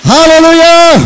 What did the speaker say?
Hallelujah